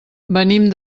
venim